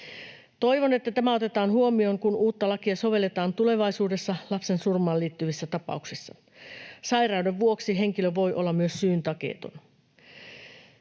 Toivon, että tämä otetaan huomioon, kun uutta lakia sovelletaan tulevaisuudessa lapsensurmaan liittyvissä tapauksissa. Sairauden vuoksi henkilö voi olla myös syyntakeeton.